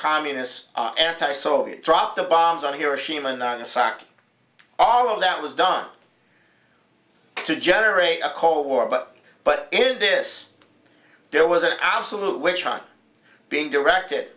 communist anti soviet dropped the bombs on hiroshima and nagasaki all of that was done to generate a cold war but but in this there was an absolute which on being directed